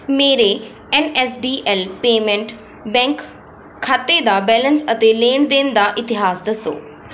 ਮੇਰੇ N S D L payment bank ਖਾਤੇ ਦਾ ਬੈਲੰਸ ਅਤੇ ਲੈਣ ਦੇਣ ਦਾ ਇਤਿਹਾਸ ਦੱਸੋ